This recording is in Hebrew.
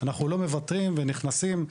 אנחנו לא מוותרים ונכנסים.